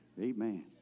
Amen